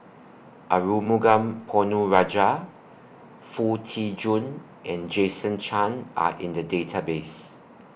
Arumugam Ponnu Rajah Foo Tee Jun and Jason Chan Are in The Database